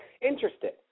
interested